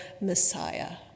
Messiah